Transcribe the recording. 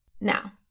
Now